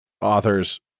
authors